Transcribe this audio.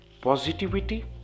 positivity